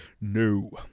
No